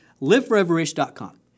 liveforeverish.com